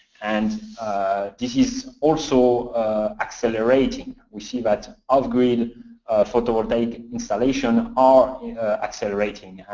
and this is also accelerating. we see that off grid photovoltaic installation are accelerating,